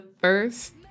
first